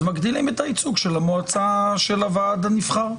אז מגדילים את הייצוג של המועצה של הוועד הנבחר.